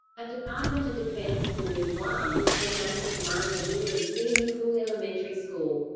a department of defense school in guam was renamed commander william c. mccool elementary school.